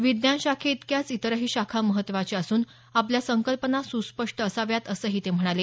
विज्ञान शाखेइतक्याच इतरही शाखा महत्त्वाच्या असून आपल्या संकल्पना सुस्पष्ट असाव्यात असंही ते म्हणाले